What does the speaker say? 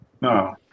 No